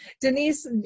Denise